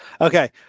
Okay